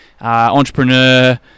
entrepreneur